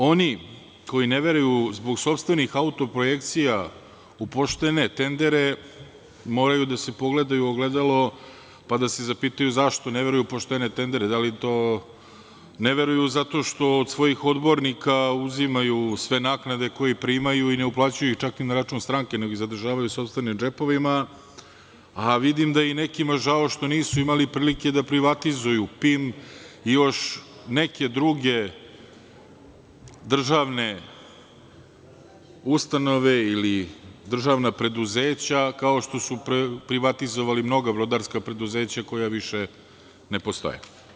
Oni koji ne veruju zbog sopstvenih autoprojekcija u poštene tendere, moraju da se pogledaju u ogledalo, pa da se zapitaju zašto ne veruju u poštene tendere, Da li to ne veruju zato što od svojih odbornika uzimaju sve naknade koje primaju i ne uplaćuju ih čak ni na račun stranke, nego ih zadržavaju u sopstvenim džepovima, a vidim da je nekima žao što nisu imali prilike da privatizuju PIM i još neke druge državne ustanove ili državna preduzeća, kao što su privatizovali mnoga brodarska preduzeća koja više ne postoje.